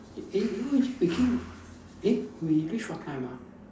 eh you know we we came eh we reach what time ah